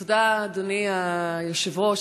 תודה, אדוני היושב-ראש.